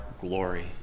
glory